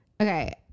Okay